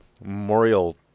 Memorial